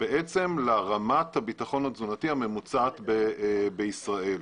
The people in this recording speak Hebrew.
לרמת הביטחון התזונתי הממוצעת בישראל.